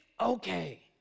okay